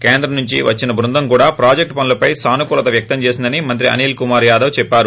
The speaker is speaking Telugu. కేంద్రం నుంచి వచ్చిన బృందం కూడా ప్రాజెక్ట్ పనులపై సానుకూలత వ్యక్తం చేసిందని మంత్రి అనిల్కుమార్ యాదప్ చెప్పారు